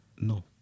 no